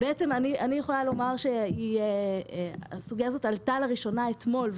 אני יכולה לומר שהסוגיה הזו עלתה אתמול לראשונה,